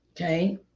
Okay